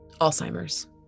Alzheimer's